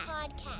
podcast